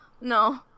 no